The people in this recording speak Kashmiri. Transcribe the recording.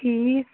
ٹھیٖک